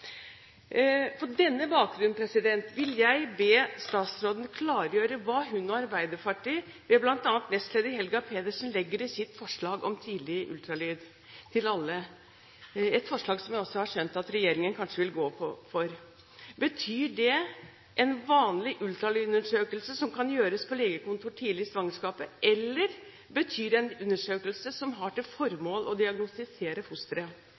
På den bakgrunn vil jeg be statsråden klargjøre hva hun og Arbeiderpartiet, ved bl.a. nestleder Helga Pedersen, legger i sitt forslag om tidlig ultralyd til alle, et forslag som jeg har skjønt at regjeringen kanskje vil gå for. Betyr det en vanlig ultralydundersøkelse som kan gjøres på legekontorer tidlig i svangerskapet, eller betyr det en undersøkelse som har til formål å diagnostisere fosteret?